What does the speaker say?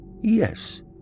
Yes